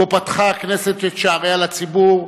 שבו פתחה הכנסת את שעריה לציבור,